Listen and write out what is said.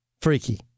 freaky